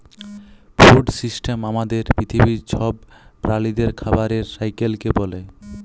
food system আমাদের পিথিবীর ছব প্রালিদের খাবারের সাইকেলকে ব্যলে